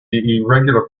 irregular